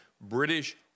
British